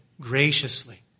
graciously